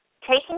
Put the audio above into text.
taking